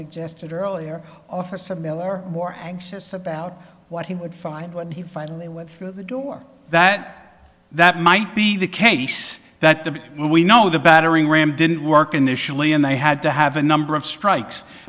suggested earlier officer miller more anxious about what he would find when he finally went through the door that that might be the case that the we know the battering ram didn't work initially and they had to have a number of strikes